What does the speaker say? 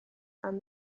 and